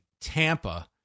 Tampa